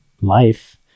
life